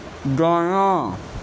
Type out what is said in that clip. دایاں